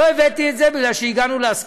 לא הבאתי את זה, כי הגענו להסכמות.